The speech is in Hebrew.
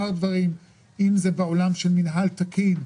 אם זה בעניין של מינהל תקין,